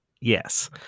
yes